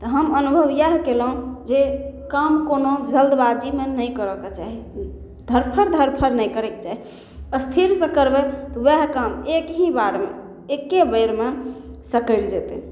तऽ हम अनुभव इएह कएलहुँ जे काम कोनो जल्दबाजीमे नहि करऽके चाही धरफड़ धरफड़ नहि करैके चाही स्थिरसँ करबै तऽ वएह काम एक ही बारमे एक्केबेरमे सकरि जेतै